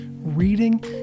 reading